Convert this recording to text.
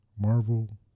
Marvel